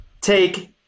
take